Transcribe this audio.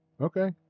Okay